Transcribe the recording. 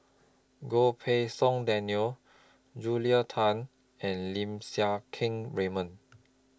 Goh Pei Siong Daniel Julia Tan and Lim Siang Keat Raymond